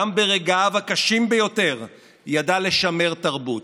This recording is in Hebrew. גם ברגעיו הקשים ביותר ידע לשמר תרבות.